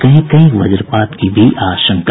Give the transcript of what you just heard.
कहीं कहीं वज्रपात की भी आशंका